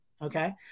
Okay